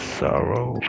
sorrow